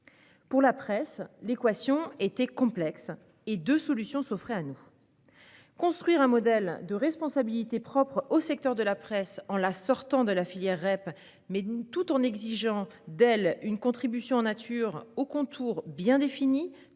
Pour la presse, l'équation était complexe, et deux solutions s'offraient à nous : la première était de construire un modèle de responsabilité propre au secteur de la presse en la sortant de la filière REP, mais tout en exigeant d'elle une contribution en nature aux contours bien définis